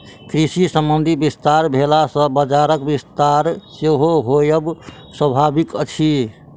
कृषि संबंधी विस्तार भेला सॅ बजारक विस्तार सेहो होयब स्वाभाविक अछि